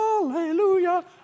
Hallelujah